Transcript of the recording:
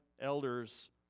elders